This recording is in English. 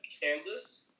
Kansas